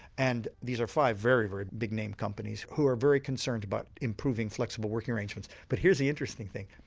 and these are five very, very big name companies who are very concerned about improving flexible working arrangements. but here's the interesting thing,